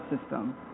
system